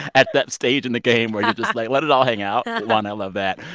at that stage in the game where you're just like, let it all hang out. one, i love that.